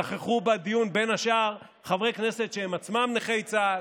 ונכחו בדיון בין השאר חברי כנסת שהם עצמם נכי צה"ל,